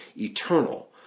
eternal